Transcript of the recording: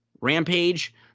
Rampage